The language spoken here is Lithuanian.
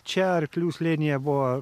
čia arklių slėnyje buvo